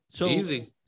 Easy